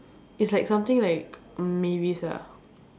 it's like something like mavis ah